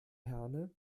herne